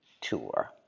tour